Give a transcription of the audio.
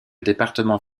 département